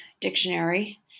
dictionary